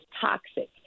toxic